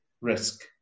risk